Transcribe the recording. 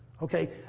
Okay